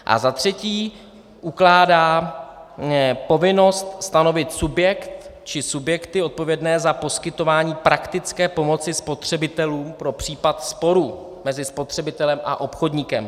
A za třetí ukládá povinnost stanovit subjekt či subjekty odpovědné za poskytování praktické pomoci spotřebitelům pro případ sporu mezi spotřebitelem a obchodníkem.